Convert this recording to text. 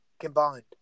combined